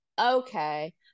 okay